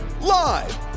Live